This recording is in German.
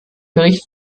bericht